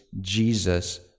Jesus